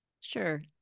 Sure